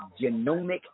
genomic